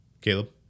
Caleb